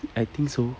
I think so